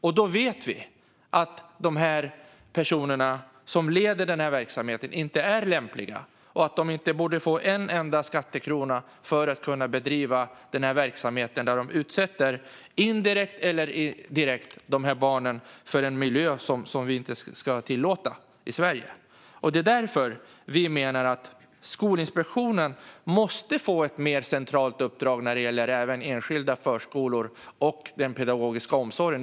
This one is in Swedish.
Vi vet att de personer som leder den här verksamheten inte är lämpliga och att de inte borde få en enda skattekrona för att kunna bedriva den här verksamheten, där de direkt eller indirekt utsätter barnen för en miljö som vi inte ska tillåta i Sverige. Det är därför vi menar att Skolinspektionen måste få ett mer centralt uppdrag även när det gäller enskilda förskolor och den pedagogiska omsorgen.